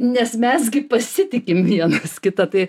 nes mes gi pasitikim vienas kitą tai